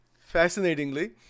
Fascinatingly